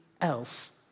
else